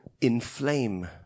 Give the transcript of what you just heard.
inflame